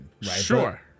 Sure